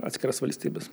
atskiras valstybes